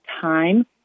time